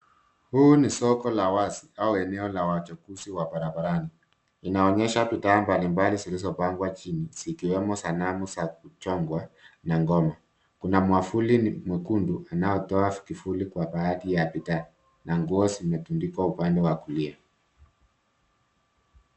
Huu ni soko la wazi au eneo la wachuuzi wa barabarani. Inaonesha bidhaa mbalimbali zilizopangwa chini zikiwemo sanamu za kuchongwa na ngoma. Kuna mwavuli mwekundu unaotoa kivuli kwa baadhi ya bidhaa na nguo zimetundikwa upande wa kulia.